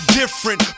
different